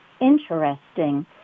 interesting